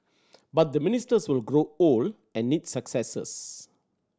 but the ministers will grow old and need successors